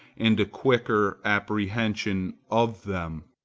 and a quicker apprehension of them.